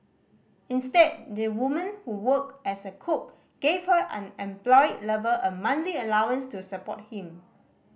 instead the woman who worked as a cook gave her unemployed lover a monthly allowance to support him